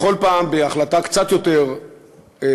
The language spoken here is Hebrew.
בכל פעם בהחלטה קצת יותר חריפה,